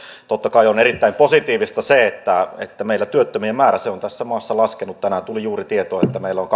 totta kai on erittäin positiivista se että että meillä työttömien määrä on tässä maassa laskenut tänään tuli juuri tietoa että meillä on